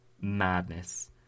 madness